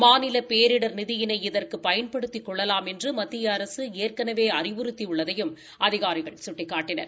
மாநில பேரிடர் நிதியினை இதற்கு பயன்படுத்திக் கொள்ளலாம்எ ன்று மத்திய அரசு ஏற்கனவே அறிவுறுத்தியுள்ளதையும் அதிகாரிகள் சுட்டிக்காட்டினர்